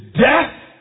death